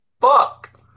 Fuck